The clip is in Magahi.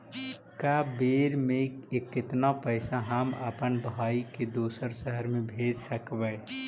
एक बेर मे कतना पैसा हम अपन भाइ के दोसर शहर मे भेज सकबै?